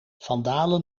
vandalen